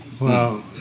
Wow